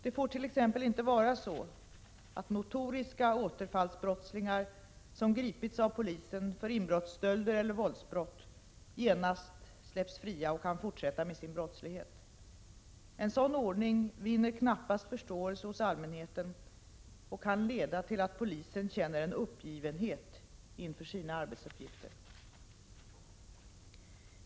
Det får t.ex. inte vara så att notoriska återfallsbrottslingar som gripits av polisen för inbrottsstölder eller våldsbrott genast släpps fria och kan fortsätta med sin brottslighet. En sådan ordning vinner knappast förståelse hos allmänheten och kan leda till att polisen känner en uppgivenhet inför sina arbetsuppgifter.